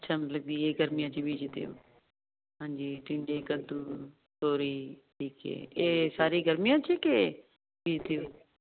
ਚ ਗਰਮੀਆਂ ਚ ਵੀ ਜਿਤੇ ਹਾਜੀ ਇਹ ਸਾਰੀ ਗਰਮੀ